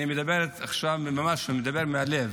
אני מדבר עכשיו ממש מהלב,